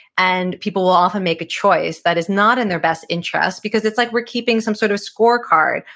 and people will often make a choice that is not in their best interest because it's like we're keeping some sort of score card.